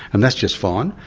and that's just fine,